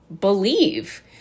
believe